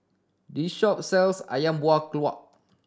this shop sells ayam buah